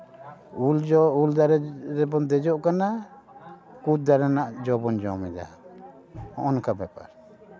ᱩᱞ ᱡᱚ ᱩᱞ ᱫᱟᱨᱮ ᱨᱮᱵᱚᱱ ᱫᱮᱡᱚᱜ ᱠᱟᱱᱟ ᱠᱳᱫ ᱫᱟᱨᱮ ᱨᱮᱱᱟᱜ ᱡᱚ ᱵᱚᱱ ᱡᱚᱢᱮᱫᱟ ᱱᱚᱝᱠᱟ ᱵᱮᱯᱟᱨ